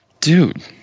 dude